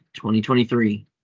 2023